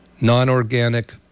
non-organic